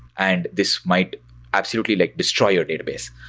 and this might absolutely like destroy your database.